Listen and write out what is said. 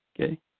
Okay